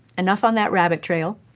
enough on that rabbit trail.